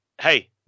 hey